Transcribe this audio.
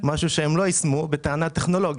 משהו שהם לא יישמו בטענה טכנולוגית.